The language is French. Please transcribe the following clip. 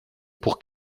pour